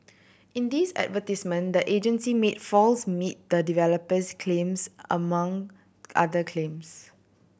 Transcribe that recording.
in these advertisement the agency made false meet the developers claims among other claims